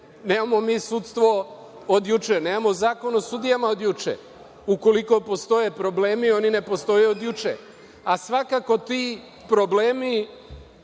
Nemamo mi sudstvo od juče. Nemamo mi Zakon o sudijama od juče. Ukoliko postoje problemi, oni ne postoje od juče, a svakako ti problemi